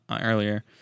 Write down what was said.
earlier